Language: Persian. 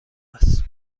است